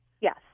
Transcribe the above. Yes